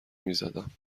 میزدم